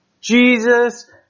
Jesus